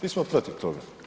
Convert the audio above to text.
Mi smo protiv toga.